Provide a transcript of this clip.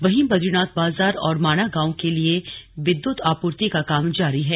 वहीं बदरीनाथ बाजार और माणा गांव के लिए विद्युत आपूर्ति का काम जारी है